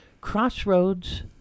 Crossroads